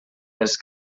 les